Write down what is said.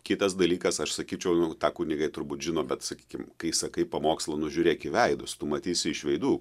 kitas dalykas aš sakyčiau jau tą kunigai turbūt žino bet sakykim kai sakai pamokslą nu žiūrėk į veidus tu matysi iš veidų